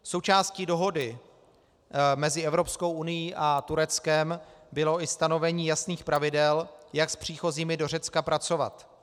Součástí dohody mezi Evropskou unií a Tureckem bylo i stanovení jasných pravidel, jak s příchozími do Řecka pracovat.